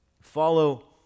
Follow